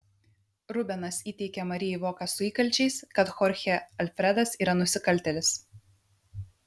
rubenas įteikia marijai voką su įkalčiais kad chorchė alfredas yra nusikaltėlis